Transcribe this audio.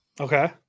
okay